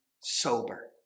sober